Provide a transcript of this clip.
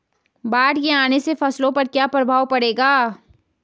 बाढ़ के आने से फसलों पर क्या प्रभाव पड़ेगा?